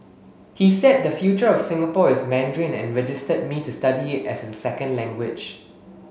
he said the future of Singapore is Mandarin and registered me to study as a second language